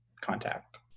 contact